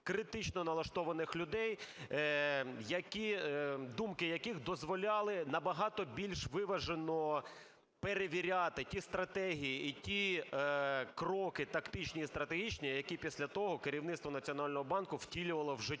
критично налаштованих людей, думки яких дозволяли набагато більш виважено перевіряти ті стратегії і ті кроки тактичні і стратегічні, які після того керівництво Національного банку втілювало в життя,